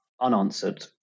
unanswered